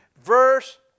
Verse